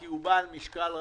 כי הוא בעל משקל רב.